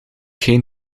geen